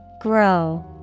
Grow